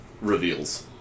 reveals